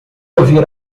ouvir